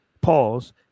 pause